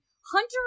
Hunter